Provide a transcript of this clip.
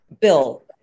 Bill